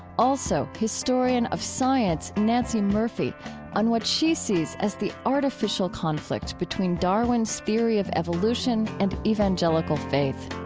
also, historian of science nancey murphy on what she sees as the artificial conflict between darwin's theory of evolution and evangelical faith